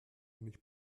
nicht